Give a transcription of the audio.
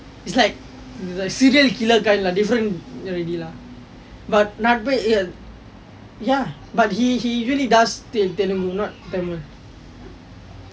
it's like the serial killer guy lah different already lah but நட்பே:natpe ya but he he really does te~ telungu not tamil